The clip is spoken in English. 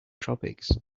tropics